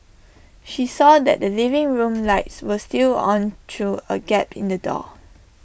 she saw that the living room lights were still on through A gap in the door